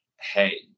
hey